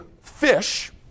fish